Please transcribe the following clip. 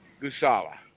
Gusala